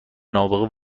نابغه